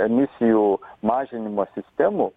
emisijų mažinimo sistemų